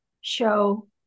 show